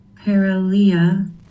Paralia